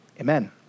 amen